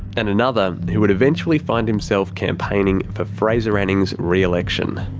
and another who would eventually find himself campaigning for fraser anning's re-election.